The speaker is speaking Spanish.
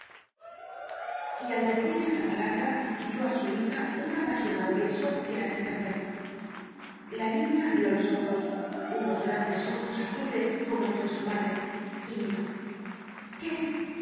y al decir esta palabra dió á su hija un apasionado beso que la despertó la niña abrió los ojos unos grandes ojos azules como los de su madre y miró qué